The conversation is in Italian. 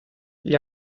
gli